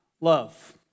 love